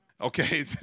Okay